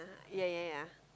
ya ya ya